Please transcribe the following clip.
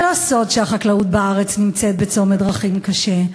זה לא סוד שהחקלאות בארץ נמצאת בצומת דרכים קשה,